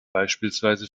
beispielsweise